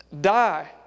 Die